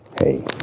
hey